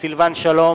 סילבן שלום,